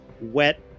wet